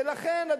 ולכן,